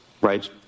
right